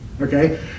okay